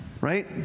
Right